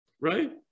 right